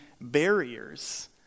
barriers